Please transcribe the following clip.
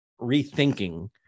rethinking